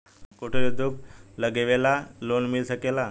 कुटिर उद्योग लगवेला लोन मिल सकेला?